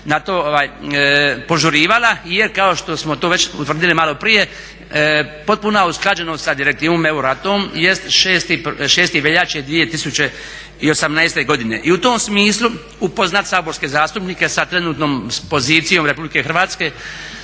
na to požurivala jer kao što smo to već utvrdili maloprije potpuna usklađenost sa Direktivom Euroatom jest 6. veljače 2018. godine. I u tom smislu upoznat saborske zastupnike sa trenutnom pozicije Republike Hrvatske